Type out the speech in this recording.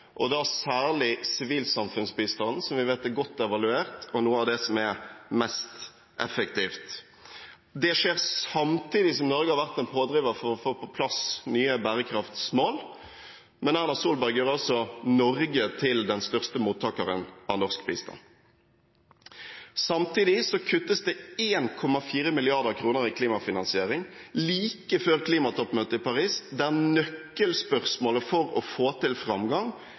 og da særlig i sivilsamfunnsbistand, som vi vet er godt evaluert og noe av det som er mest effektivt. Det skjer samtidig som Norge har vært en pådriver for å få på plass nye bærekraftsmål. Men Erna Solberg gjør altså Norge til den største mottakeren av norsk bistand. Samtidig kuttes det 1,4 mrd. kr i klimafinansiering – like før klimatoppmøtet i Paris, der nøkkelspørsmålet for å få til framgang